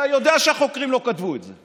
אתה יודע שהחוקרים לא כתבו את זה.